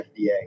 FDA